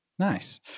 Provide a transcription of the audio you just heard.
Nice